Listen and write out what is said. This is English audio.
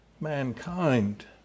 mankind